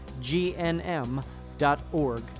GNM.org